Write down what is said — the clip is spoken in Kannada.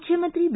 ಮುಖ್ಯಮಂತ್ರಿ ಬಿ